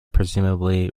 presumably